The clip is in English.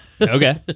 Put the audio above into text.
Okay